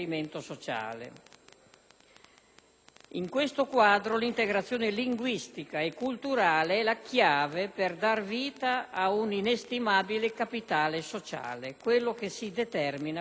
In questo quadro, l'integrazione linguistica e culturale è la chiave per dar vita ad un inestimabile capitale sociale, quello che si determina con l'integrazione.